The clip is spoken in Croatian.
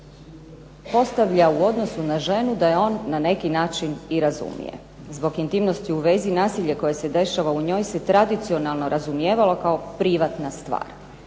postavlja u odnosu na ženu da je on na neki način i razumije. Zbog intimnosti u vezi nasilje koje se dešava u njoj se tradicionalno razumijevalo kao privatna stvar.